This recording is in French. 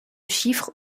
chiffre